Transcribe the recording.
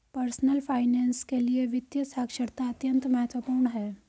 personal finance के लिए वित्तीय साक्षरता अत्यंत महत्वपूर्ण है